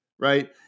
Right